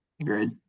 Agreed